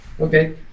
Okay